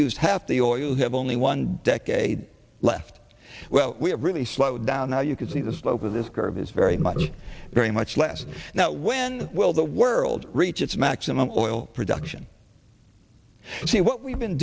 use half the or you have only one decade left well we have really slowed down now you can see the slope of this curve is very much very much less now when will the world reach its maximum oil production see what we've been